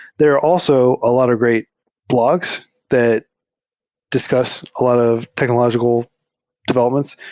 there are also a lot of great blogs that discuss a lot of technological developments.